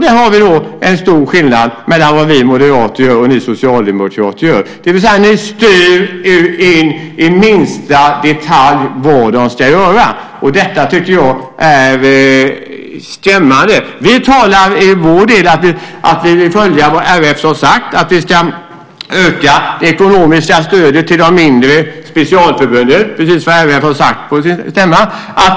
Det är stor skillnad mellan vad vi moderater gör och vad ni socialdemokrater gör, det vill säga att ni styr in i minsta detalj vad de ska göra. Det tycker jag är skrämmande. Vi talar för vår del om att vi vill följa vad RIF har sagt och vill öka det ekonomiska stödet till de mindre specialförbunden, precis vad RIF har sagt på sin stämma.